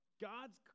God's